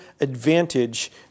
advantage